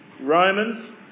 Romans